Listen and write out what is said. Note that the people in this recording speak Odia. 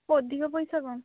ଅଧିକ ପଇସା କ'ଣ